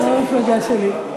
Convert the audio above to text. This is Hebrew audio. לא המפלגה שלי.